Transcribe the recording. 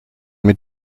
mit